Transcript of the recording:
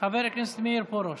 חבר הכנסת מאיר פרוש.